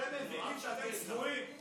אתם מבינים שאתם צבועים?